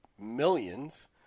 millions